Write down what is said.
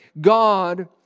God